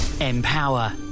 Empower